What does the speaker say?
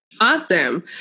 Awesome